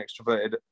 extroverted